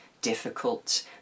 Difficult